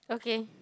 okay